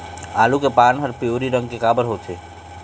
आलू के पान हर पिवरी रंग के काबर होथे?